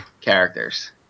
characters